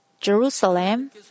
Jerusalem